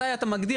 מתי אתה מגדיר,